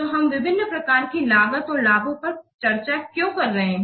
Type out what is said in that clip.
तो हम विभिन्न प्रकार की लागत और लाभों पर चर्चा क्यों कर रहे हैं